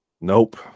Nope